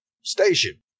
station